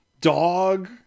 Dog